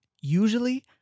Usually